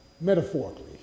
Metaphorically